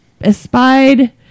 espied